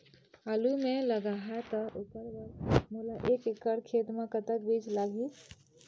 आलू मे लगाहा त ओकर बर मोला एक एकड़ खेत मे कतक बीज लाग ही?